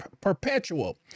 perpetual